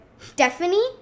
Stephanie